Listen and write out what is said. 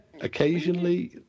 occasionally